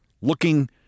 Looking